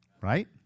Right